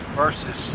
verses